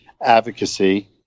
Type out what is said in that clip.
advocacy